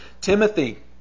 Timothy